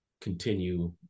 continue